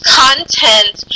content